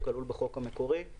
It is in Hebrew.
שכלול בחוק המקורי.